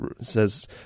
says